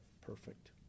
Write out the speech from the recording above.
perfect